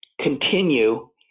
Continue